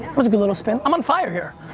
that was a good little spin. i'm on fire here.